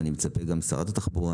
אני מצפה גם משרת התחבורה,